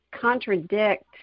contradict